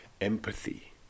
empathy